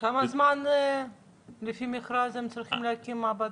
תוך כמה זמן לפי המכרז הם צריכים להקים מעבדה?